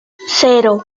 cero